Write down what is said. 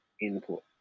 input